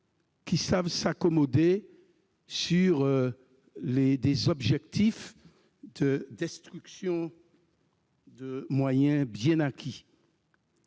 qui savent s'accorder sur des objectifs de destruction de droits acquis.